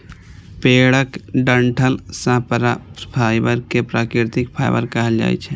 पेड़क डंठल सं प्राप्त फाइबर कें प्राकृतिक फाइबर कहल जाइ छै